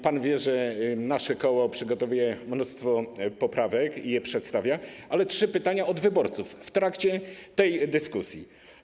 Pan wie, że nasze koło przygotowuje mnóstwo poprawek, przedstawi je, ale trzy pytania od wyborców, w trakcie tej dyskusji.